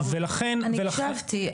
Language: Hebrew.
אני הקשבתי,